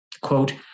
Quote